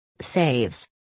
Saves